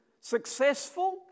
successful